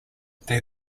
they